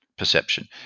perception